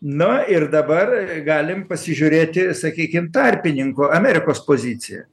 na ir dabar galim pasižiūrėti sakykim tarpininko amerikos poziciją